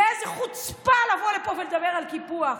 ואיזו חוצפה לבוא לפה ולדבר על קיפוח.